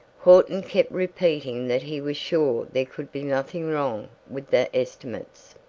horton kept repeating that he was sure there could be nothing wrong with the estimates.